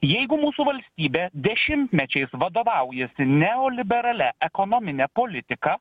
jeigu mūsų valstybė dešimtmečiais vadovaujasi neoliberalia ekonomine politika